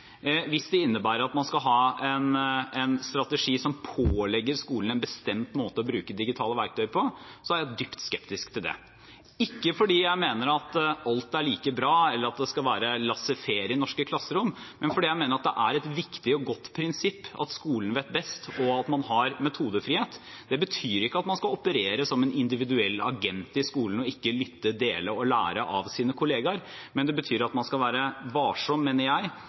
Hvis det innebærer at man skal ha en strategi som pålegger skolene en bestemt måte å bruke digitale verktøy på, så er jeg dypt skeptisk til det – ikke fordi jeg mener at alt er like bra, eller at det skal være «laissez faire» i norske klasserom, men fordi jeg mener det er et viktig og godt prinsipp at skolen vet best, og at man har metodefrihet. Det betyr ikke at man skal operere som en individuell agent i skolen og ikke lytte, dele og lære av sine kolleger, men det betyr at man skal være varsom, mener jeg,